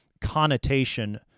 connotation